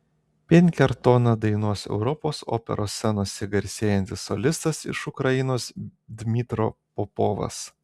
pinkertoną dainuos europos operos scenose garsėjantis solistas iš ukrainos dmytro popovas